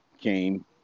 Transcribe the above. came